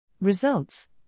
Results